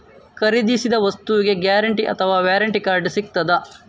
ಖರೀದಿಸಿದ ವಸ್ತುಗೆ ಗ್ಯಾರಂಟಿ ಅಥವಾ ವ್ಯಾರಂಟಿ ಕಾರ್ಡ್ ಸಿಕ್ತಾದ?